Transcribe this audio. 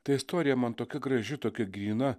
ta istorija man tokia graži tokia gryna